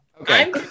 Okay